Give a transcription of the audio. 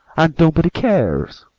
and nobody cares!